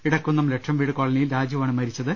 ഇ്ടക്കുന്നം ലക്ഷംവീട് കോളനിയിൽ രാജുവാണ് മരിച്ചത്